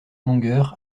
longueur